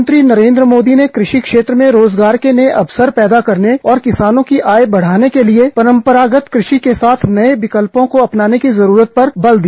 प्रधानमंत्री नरेन्द्र मोदी ने कृषि क्षेत्र में रोजगार के नए अवसर पैदा करने और किसानों की आय बढाने के लिए परम्परागत कृषि के साथ नए विकल्पों को अपनाने की जरूरत पर भी बल दिया